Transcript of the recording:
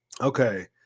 okay